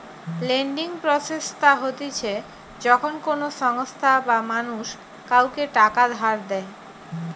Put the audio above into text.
lending process তা হতিছে যখন কোনো সংস্থা বা মানুষ কাওকে টাকা ধার দেয়